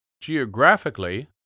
Geographically